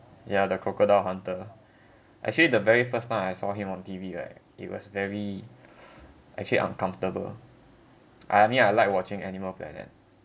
ya the crocodile hunter actually the very first time I saw him on T_V right it was very actually uncomfortable I mean I like watching animal planet